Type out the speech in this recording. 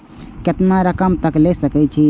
केतना रकम तक ले सके छै?